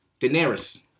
Daenerys